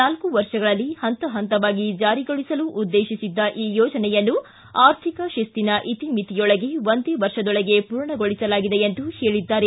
ನಾಲ್ಕು ವರ್ಷಗಳಲ್ಲಿ ಹಂತ ಹಂತವಾಗಿ ಜಾರಿಗೊಳಿಸಲು ಉದ್ದೇಶಿಸಿದ್ದ ಈ ಯೋಜನೆಯನ್ನು ಆರ್ಥಿಕ ಶಿಸ್ತಿನ ಇತಿಮಿತಿಯೊಳಗೆ ಒಂದೇ ವರ್ಷದೊಳಗೆ ಪೂರ್ಣಗೊಳಿಸಲಾಗಿದೆ ಎಂದು ಹೇಳಿದ್ದಾರೆ